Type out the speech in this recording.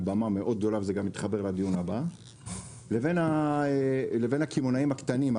במה מאוד גדולה וזה גם יתחבר לדיון הבא לבין הקמעונאים הקטנים.